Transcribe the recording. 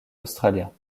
australiens